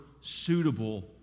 suitable